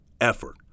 effort